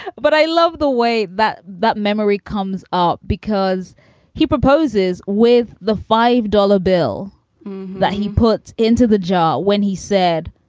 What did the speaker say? but i love the way that that memory comes up because he proposes with the five dollars bill that he puts into the jar when he said,